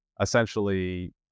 essentially